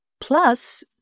Plus